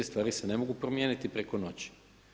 Stvari se ne mogu promijeniti preko noći.